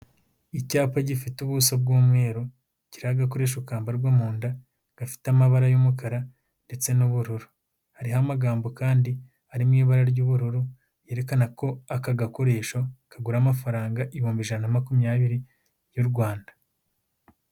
Icyapa gifite ubuso bw'umweru, kiriho agakoresho kambarwa mu nda gafite amabara y'umukara ndetse n'ubururu, hariho amagambo kandi ari mu ibara ry'ubururu yerekana ko aka gakoresho kagura amafaranga ibihumbi ijana na makumyabiri y'u Rwanda.